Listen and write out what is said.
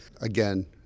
again